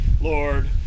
Lord